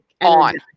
on